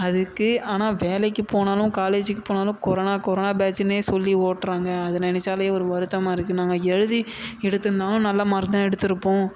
அதுக்கு ஆனால் வேலைக்கு போனாலும் காலேஜுக்கு போனாலும் கொரோனா கொரோனா பேட்ச்சுனே சொல்லி ஓட்டுறாங்க அதை நினைச்சாலே ஒரு வருத்தமாக இருக்குது நாங்கள் எழுதி எடுத்திருந்தாலும் நல்ல மார்க் தான் எடுத்திருப்போம்